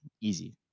easy